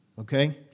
okay